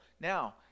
Now